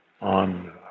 on